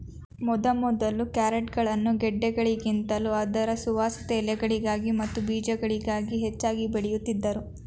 ಮೊದಮೊದಲು ಕ್ಯಾರೆಟ್ಗಳನ್ನು ಗೆಡ್ಡೆಗಳಿಗಿಂತಲೂ ಅದರ ಸುವಾಸಿತ ಎಲೆಗಳಿಗಾಗಿ ಮತ್ತು ಬೀಜಗಳಿಗಾಗಿ ಹೆಚ್ಚಾಗಿ ಬೆಳೆಯುತ್ತಿದ್ದರು